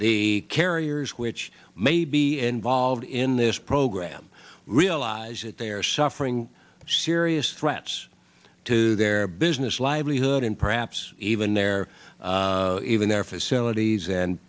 the carriers which may be involved in this program realize that they are suffering serious threats to their business livelihood and perhaps even their even their facilities and